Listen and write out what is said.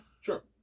Sure